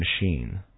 Machine